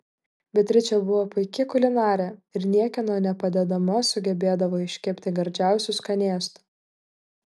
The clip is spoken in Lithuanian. beatričė buvo puiki kulinarė ir niekieno nepadedama sugebėdavo iškepti gardžiausių skanėstų